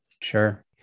Sure